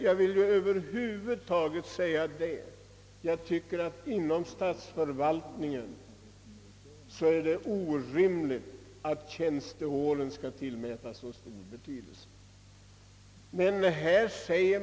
Jag anser över huvud taget att det är orimligt att tjänsteåren skall tillmätas så stor betydelse i statsförvaltningen.